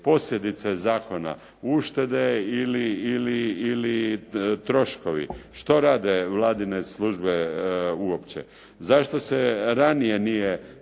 posljedice zakona, uštede ili troškovi. Što vladine službe uopće? Zašto se ranije nije